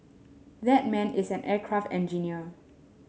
that man is an aircraft engineer